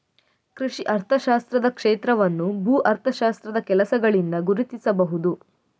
ಕೃಷಿ ಅರ್ಥಶಾಸ್ತ್ರದ ಕ್ಷೇತ್ರವನ್ನು ಭೂ ಅರ್ಥಶಾಸ್ತ್ರದ ಕೆಲಸಗಳಿಂದ ಗುರುತಿಸಬಹುದು